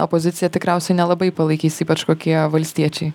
opozicija tikriausiai nelabai palaikys ypač kokie valstiečiai